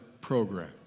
program